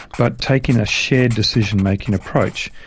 but taking a shared decision-making approach.